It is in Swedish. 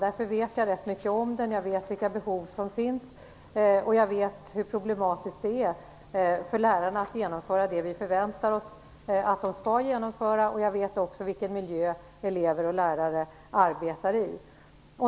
Därför vet jag rätt mycket om den. Jag vet vilka behov som finns, och jag vet hur problematiskt det är för lärarna att genomföra det vi förväntar oss att de skall genomföra. Jag vet också vilken miljö elever och lärare arbetar i.